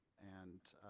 and